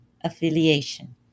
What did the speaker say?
Affiliation